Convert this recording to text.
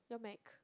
you want mac